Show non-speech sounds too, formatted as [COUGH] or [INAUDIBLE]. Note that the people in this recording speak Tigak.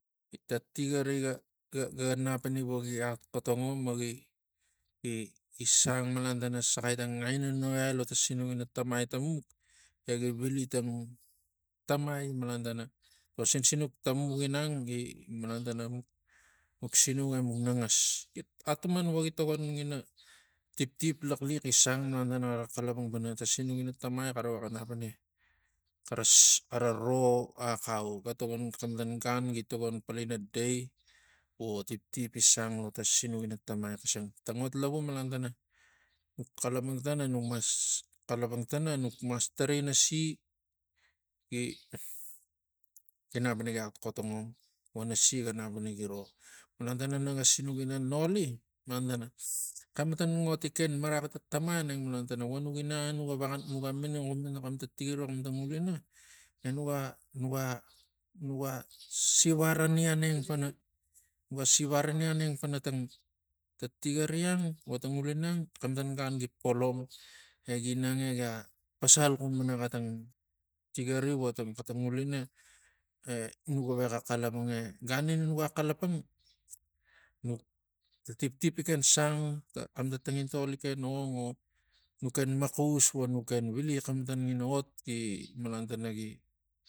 Ta tigari ga- ga- ga nap ini axotongom vo gi- gi [HESITATION] sang malan tana saxai tangainonaiai lo ta sinuk ina tamai tamuk egi vili tang tamai malan tana lo sinsinuk tamuk ginang gi malan tana sinuk emuk nangas ginang gi malan tana muk sinuk emuk nangas atuman vogi tokon ngina tiptip laxliax gi sang malan tana xara xalapang pana ta sinuk tina tamai xara vexa nap ini xara ro axau ga tokon xematan gan gi tokon palina dai vo tiptip gi sant lo ta sinuk ina tamai xisang ta ngot lavu malan tana nuk xalapang tana nuk mas xalapang tara nuk mas tarai nasi gi- gi nap ina malan tana xematan ot gi ken maraxi ta tamai aneng malan tana vonuk inang enuga vexa minang nuga minang xum pana nuga sivaranini angeng pana tang tigir ang vo ta ngulina ang xematan gan gi polom egi nang egia pasal xum pana xenang tigiri vo tax xeta ngulina e- e nuga vexa xalapang e gan ini nuga xalapang nuk ta tiptip iken sang ga xau tang tangintol gi ken org vo nuk ken maxu vo nuk ken vili xemmatan ngina ot gi- gi malan tana gi